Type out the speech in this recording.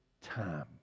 time